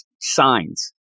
signs